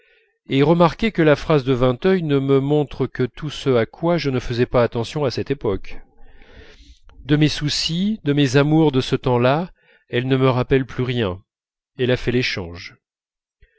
et remarquez que la phrase de vinteuil ne me montre que tout ce à quoi je ne faisais pas attention à cette époque de mes soucis de mes amours de ce temps-là elle ne me rappelle plus rien elle a fait l'échange